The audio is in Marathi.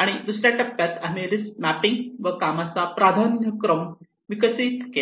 आणि दुसऱ्या टप्प्यात आम्ही रिस्क मॅपिंग व कामाचा प्राधान्यक्रम विकसित केला